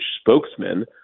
spokesman